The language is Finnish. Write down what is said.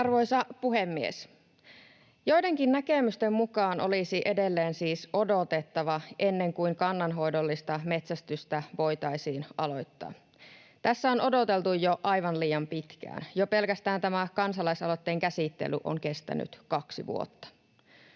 Arvoisa puhemies! Joidenkin näkemysten mukaan olisi edelleen siis odotettava, ennen kuin kannanhoidollista metsästystä voitaisiin aloittaa. Tässä on odoteltu jo aivan liian pitkään. Jo pelkästään tämä kansalaisaloitteen käsittely on kestänyt kaksi vuotta.